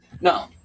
no